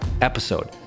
episode